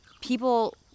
people